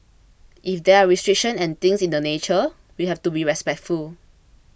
if there are restrictions and things in that nature we have to be respectful